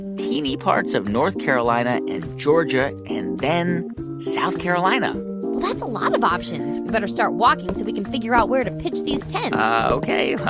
teeny parts of north carolina and georgia and then south carolina well, that's a lot of options. we better start walking so we can figure out where to pitch these tents ok,